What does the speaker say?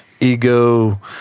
ego